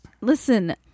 listen